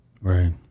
Right